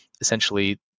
essentially